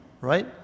right